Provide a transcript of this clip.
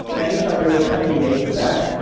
and each idea is kind of unique with that,